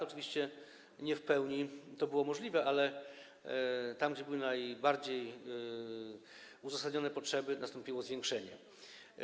Oczywiście nie w pełni to było możliwe, ale tam gdzie były najbardziej uzasadnione potrzeby, nastąpiło zwiększenie liczby etatów.